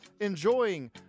enjoying